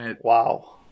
wow